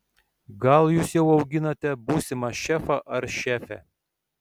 gal jūs jau auginate būsimą šefą ar šefę